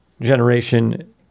generation